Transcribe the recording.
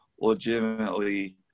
legitimately